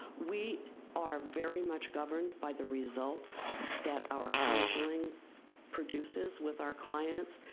we are very much governed by the results that our counseling produces with our clients,